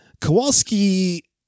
kowalski